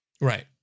Right